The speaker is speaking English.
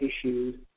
issues